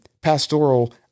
pastoral